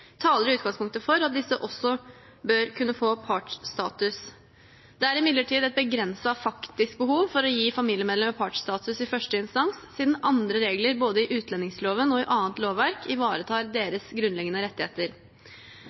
taler i utgangspunktet for at disse også bør kunne få partsstatus. Det er imidlertid et begrenset faktisk behov for å gi familiemedlemmer partsstatus i første instans, siden andre regler – både i utlendingsloven og i annet lovverk – ivaretar deres grunnleggende rettigheter.